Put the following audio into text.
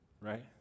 right